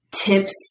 tips